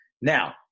Now